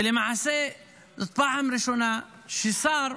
ולמעשה זו פעם ראשונה ששר,